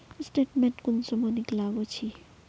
Statement कुंसम निकलाबो छी?